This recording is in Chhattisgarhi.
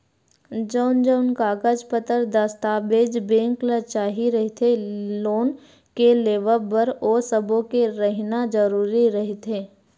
जउन जउन कागज पतर दस्ताबेज बेंक ल चाही रहिथे लोन के लेवब बर ओ सब्बो के रहिना जरुरी रहिथे